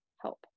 help